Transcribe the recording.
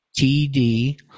TD